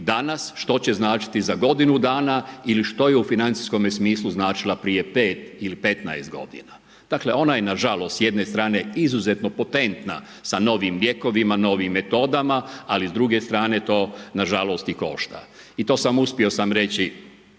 danas, što će značiti za godinu dana ili što je u financijskome smislu značila prije 5 ili 15 godina. Dakle, ona je na žalost s jedne strane izuzetno potentna sa novim lijekovima, novim metodama, ali s druge strane to na žalost i košta. I to sam, uspio sam reći